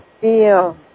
feel